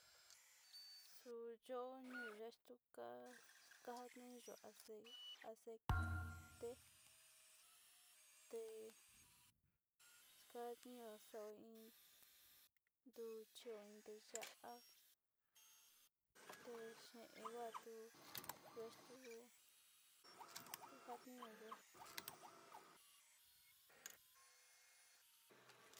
Ja in nteyu ntuchi chi to jatniñu xeen tnao chi sukani te in ntaka sava nteyu chi jatniñuo xeen ntasturvaya in tikun jin tinana